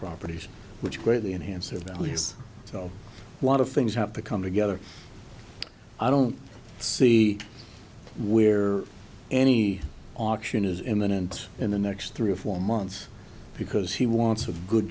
properties which greatly enhance their valleys so a lot of things have to come together i don't see where any auction is imminent in the next three or four months because he wants a good